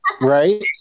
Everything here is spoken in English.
Right